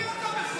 מי אתה בכלל?